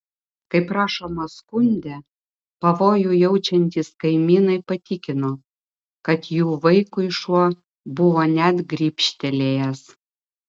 kaip rašoma skunde pavojų jaučiantys kaimynai patikino kad jų vaikui šuo buvo net grybštelėjęs